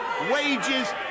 wages